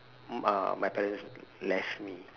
mm uh my parents left me